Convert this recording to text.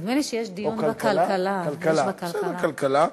או כלכלה?